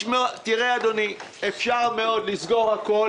אדוני, אפשר לסגור הכול.